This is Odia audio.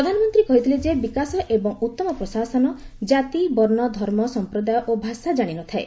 ପ୍ରଧାନମନ୍ତ୍ରୀ କହିଥିଲେ ଯେ ବିକାଶ ଏବଂ ଉତ୍ତମ ପ୍ରଶାସନ ଜାତି ବର୍ଣ୍ଣ ଧର୍ମ ସମ୍ପ୍ରଦାୟ ଓ ଭାଷା ଜାଣିନଥାଏ